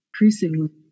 increasingly